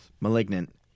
Malignant